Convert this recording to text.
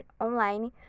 online